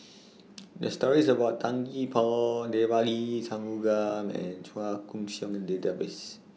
The stories about Tan Gee Paw Devagi Sanmugam and Chua Koon Siong Database